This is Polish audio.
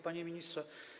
Panie Ministrze!